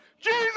Jesus